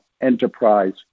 enterprise